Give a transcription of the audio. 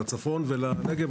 לצפון ולנגב.